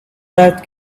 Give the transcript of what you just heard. that